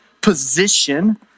position